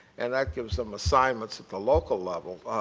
and that gives them assignments at the local level.